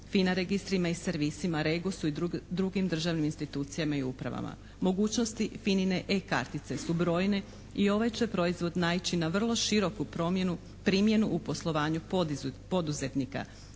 FINA registrima i servisima REGOS-u i drugim državnim institucijama i upravama. Mogućnosti FINA-ine e-kartice su brojne i ovaj će proizvod naići na vrlo široku promjenu primjenu u poslovanju poduzetnika